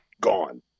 gone